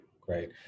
Great